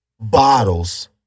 bottles